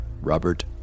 Robert